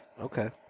Okay